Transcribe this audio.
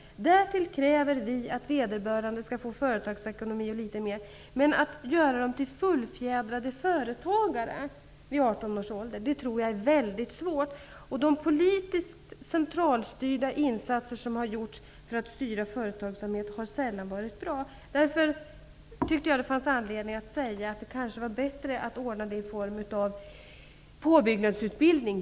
Därtill krävs att vederbörande skall studera företagsekonomi, m.m. Men att få dem till fullfjädrade företagare vid 18 års ålder, tror jag är mycket svårt. De politiskt centralstyrda insatser som har gjorts för att styra företagsamhet har sällan varit bra. Därför finns det anledning att säga att det kanske är bättre att ordna denna utbildning i form av påbyggnadsutbildning.